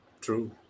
True